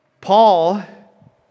Paul